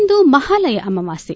ಇಂದು Mahalaya ಅಮಾವಾಸ್ಕೆ